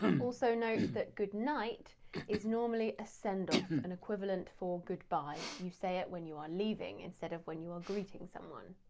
also note that goodnight is normally a send off, an equivalent for goodbye. you say it when you are leaving instead of when you are greeting someone.